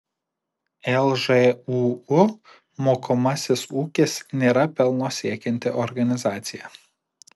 lžūu mokomasis ūkis nėra pelno siekianti organizacija